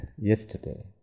yesterday